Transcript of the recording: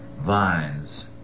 vines